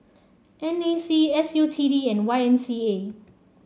N A C S U T D and Y M C A